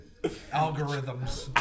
Algorithms